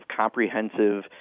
comprehensive